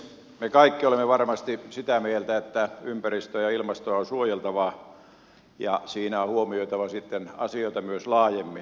me kaikki olemme varmasti sitä mieltä että ympäristöä ja ilmastoa on suojeltava ja siinä on huomioitava sitten asioita myös laajemmin